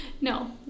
No